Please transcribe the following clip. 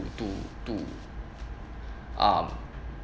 to to um